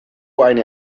eine